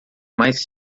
mais